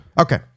Okay